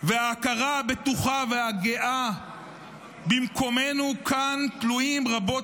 וההכרה הבטוחה והגאה במקומנו כאן תלויים רבות